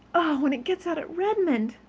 when it gets out at redmond!